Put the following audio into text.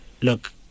Look